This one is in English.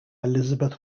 elizabeth